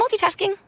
multitasking